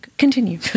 continue